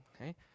okay